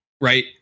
right